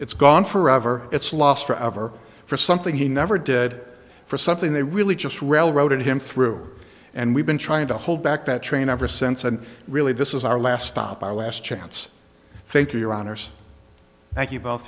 it's gone forever it's lost forever for something he never did for something they really just railroaded him through and we've been trying to hold back that train ever since and really this is our last stop our last chance thank you your honors